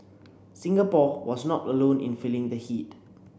Singapore was not alone in feeling the heat